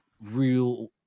real